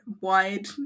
wide